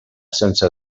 sense